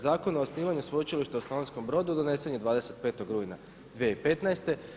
Zakon o osnivanju sveučilišta u Slavonskom Brodu donesen je 25. rujna 2015.